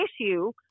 issue